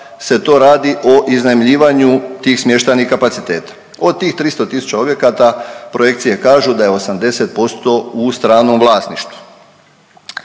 se to radi o iznajmljivanju tih smještajnih kapaciteta. Od tih 300 000 objekata projekcije kažu da je 80% u stranom vlasništvu.